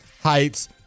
heights